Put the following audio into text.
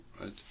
Right